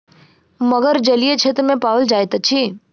मगर जलीय क्षेत्र में पाओल जाइत अछि